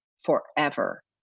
forever